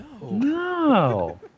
No